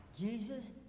Jesus